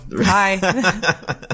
Hi